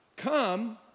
come